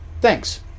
thanks